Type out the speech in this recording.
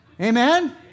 Amen